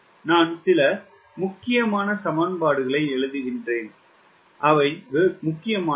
நான் சில முக்கியமான சமன்பாடுகளை எழுதுகின்றன அவை முக்கியமானவை